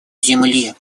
земли